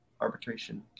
arbitration